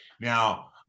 now